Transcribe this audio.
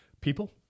people